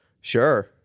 Sure